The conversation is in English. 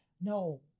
No